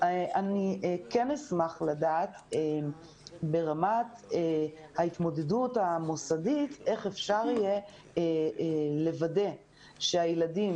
אני כן השמח לדעת ברמת ההתמודדות המוסדית איך אפשר יהיה לוודא שהילדים